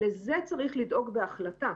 לזה צריך לדאוג בהחלטה,